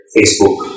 Facebook